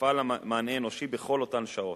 יפעל מענה אנושי בכל אותן שעות.